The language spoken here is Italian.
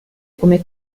come